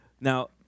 Now